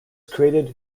created